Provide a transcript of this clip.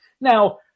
Now